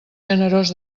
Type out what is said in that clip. generós